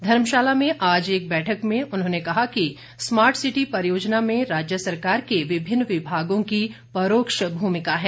धर्मशाला में आज एक बैठक में उन्होंने कहा कि स्मार्ट सिटी परियोजना में राज्य सरकार के विभिन्न विभागों की परोक्ष भूमिका है